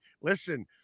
listen